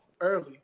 Early